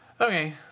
Okay